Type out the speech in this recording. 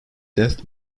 death